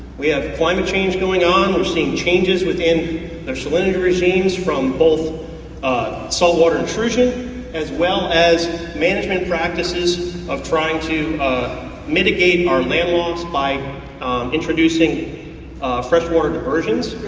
we have climate change going on, we're seeing changes within the salinity regimes from both salt water intrusion as well as management practices of trying to mitigate our land loss by introducing fresh water diversions.